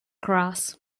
grass